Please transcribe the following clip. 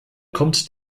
kommt